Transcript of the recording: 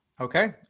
Okay